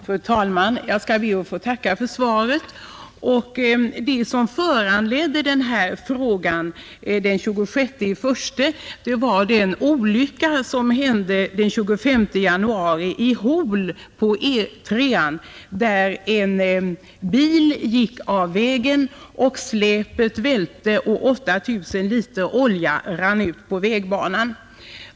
Fru talman! Jag ber att få tacka för svaret. Det som föranledde att jag ställde denna fråga den 26 januari var den olycka som hände den 25 januari i Hol på E 3, där en bil gick av vägen. Släpet välte och 8 000 liter olja rann ut på vägbanan.